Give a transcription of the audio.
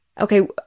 okay